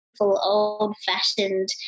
old-fashioned